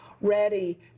ready